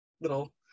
little